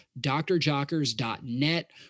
drjockers.net